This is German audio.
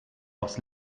aufs